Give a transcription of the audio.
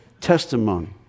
testimony